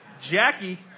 Jackie